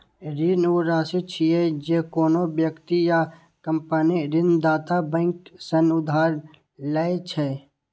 ऋण ऊ राशि छियै, जे कोनो व्यक्ति या कंपनी ऋणदाता बैंक सं उधार लए छै